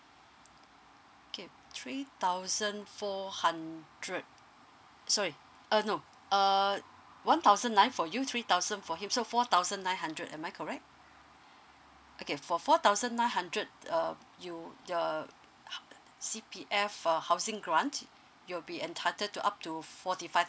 okay three thousand four hundred sorry uh no uh one thousand nine for you three thousand for him so four thousand nine hundred am I correct okay for four thousand nine hundred uh you your uh C_P_F housing grant you'll be entitled to up to forty five